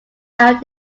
out